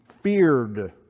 feared